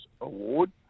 award